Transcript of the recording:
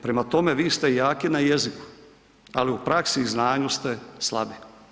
Prema tome, vi ste jaki na jeziku, ali u praksi i znanju ste slabi.